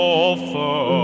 offer